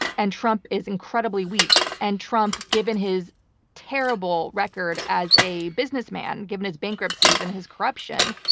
and trump is incredibly weak. and trump, given his terrible record as a businessman, given his bankruptcies and his corruption,